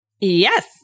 Yes